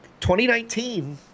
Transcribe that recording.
2019